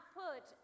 put